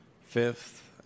fifth